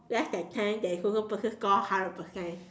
less than ten and there is also person score hundred percent